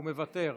הוא מוותר.